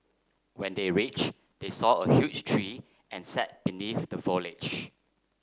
when they reached they saw a huge tree and sat beneath the foliage